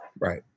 Right